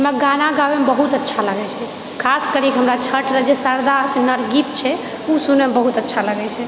हमरा गाना गाबैमे बहुत अच्छा लागै छै खास करिके हमरा छठ रऽ जे श्रद्धा आ सुन्दर गीत छै ओ सुनैमे बहुत अच्छा लागै छै